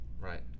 right